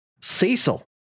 Cecil